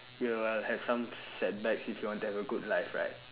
you will have some setbacks if you want to have a good life right